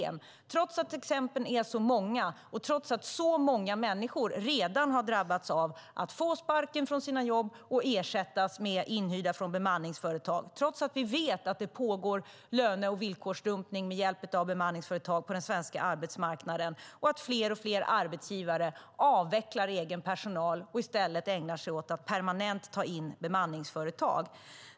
Det säger regeringen trots att exemplen är så många, trots att så många människor redan har fått sparken från sina jobb och ersatts med inhyrda från bemanningsföretag, trots att det med hjälp av bemanningsföretag pågår löne och villkorsdumpning på den svenska arbetsmarknaden och trots att fler och fler arbetsgivare avvecklar egen personal och i stället ägnar sig åt att permanent ta in bemanningsföretag.